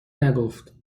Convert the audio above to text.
نگفت